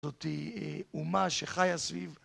זאת אומה שחיה סביב